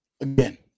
Again